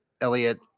Elliot